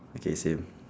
okay same